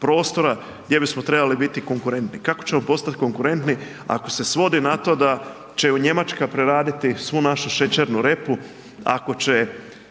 prostora gdje bismo trebali biti konkurentni. Kako ćemo postati konkurentni ako se svodi na to da će Njemačka preraditi svu našu šećernu repu, ako će